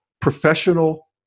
professional